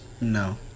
no